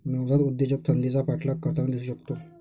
नवजात उद्योजक संधीचा पाठलाग करताना दिसू शकतो